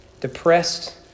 depressed